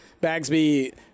Bagsby